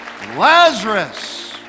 Lazarus